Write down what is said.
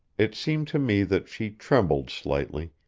it seemed to me that she trembled slightly,